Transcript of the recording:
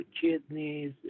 kidneys